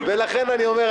ולכן אני אומר,